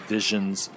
Visions